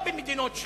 לא במדינות שכנות.